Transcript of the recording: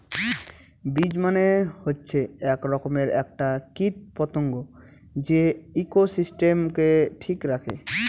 bee মানে হচ্ছে এক রকমের একটা কীট পতঙ্গ যে ইকোসিস্টেমকে ঠিক রাখে